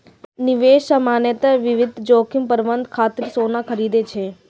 निवेशक सामान्यतः विविध जोखिम प्रबंधन खातिर सोना खरीदै छै